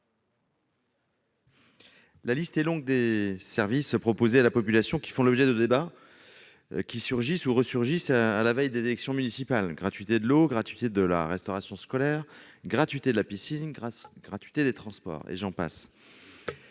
La liste est longue des services proposés à la population qui font l'objet de débats apparaissant ou réapparaissant à la veille des élections municipales : gratuité de l'eau, gratuité de la restauration scolaire, gratuité de la piscine, gratuité des transports, et j'en passe.